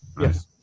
Yes